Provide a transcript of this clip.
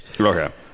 Okay